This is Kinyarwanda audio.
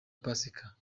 pasika